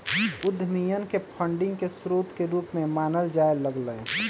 उद्यमियन के फंडिंग के स्रोत के रूप में मानल जाय लग लय